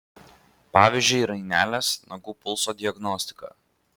pavyzdžiui rainelės nagų pulso diagnostika